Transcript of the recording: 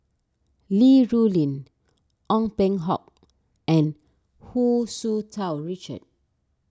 Li Rulin Ong Peng Hock and Hu Tsu Tau Richard